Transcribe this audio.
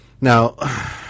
now